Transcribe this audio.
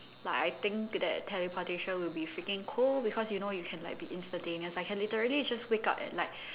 like I think that teleportation will be freaking cool because you know you can like be instantaneous I can literally just wake up at night